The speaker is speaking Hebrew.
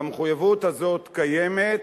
והמחויבות הזאת קיימת,